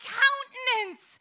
countenance